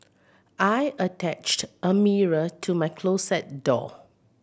I attached a mirror to my closet door